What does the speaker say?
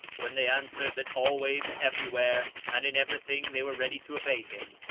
when they answered that always and everywhere and in everything they were ready to obey him,